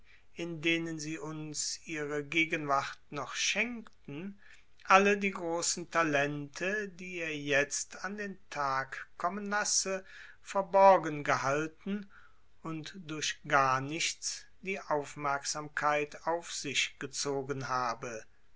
in denen sie uns ihre gegenwart noch schenkten alle die großen talente die er jetzt an den tag kommen lasse verborgen gehalten und durch gar nichts die aufmerksamkeit auf sich gezogen habe